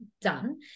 done